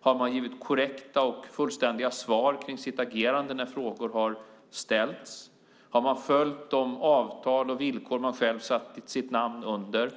Har man givit korrekta och fullständiga svar om sitt agerande när frågor har ställts? Har man under den här processen följt de avtal och villkor man själv har satt sitt namn under?